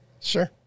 Sure